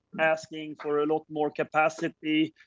asking for a lot more capacity,